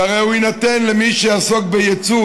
שהרי הוא יינתן למי שעיסוק ביצוא,